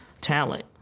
talent